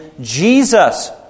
Jesus